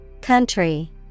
Country